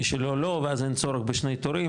מי שלא לא ואז אין צורך בשני תורים,